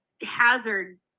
hazard